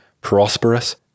prosperous